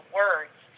words